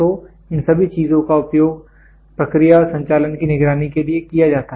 तो इन सभी चीजों का उपयोग प्रक्रिया और संचालन की निगरानी के लिए किया जाता है